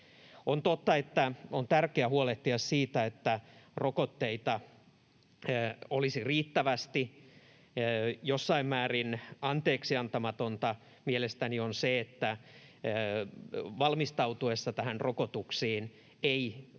on tärkeää huolehtia siitä, että rokotteita olisi riittävästi. Jossain määrin anteeksiantamatonta mielestäni on se, että valmistauduttaessa näihin rokotuksiin ei hallitus